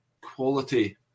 quality